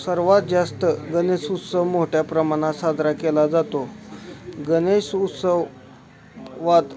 सर्वांत जास्त गणेश उत्सव मोठ्या प्रमाणात साजरा केला जातो गणेश उत्सव वात